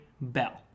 Bell